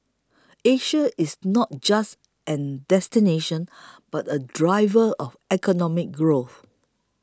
Asia is not just a destination but a driver of economic growth